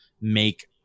make